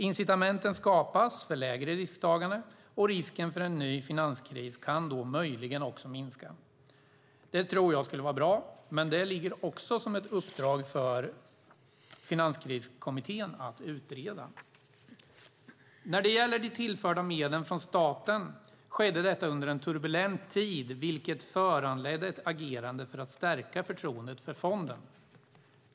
Incitamenten skapas för lägre risktagande, och risken för en ny finanskris kan möjligen minska. Det tror jag skulle vara bra, men det ligger också som ett uppdrag för Finanskriskommittén att utreda. Medlen från staten tillfördes under en turbulent tid, vilket föranledde ett agerande för att stärka förtroendet för fonden.